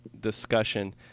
discussion